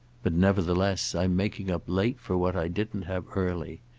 but nevertheless i'm making up late for what i didn't have early.